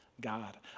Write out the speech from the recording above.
God